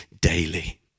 daily